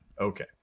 Okay